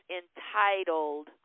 entitled